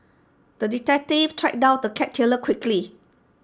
the detective tracked down the cat killer quickly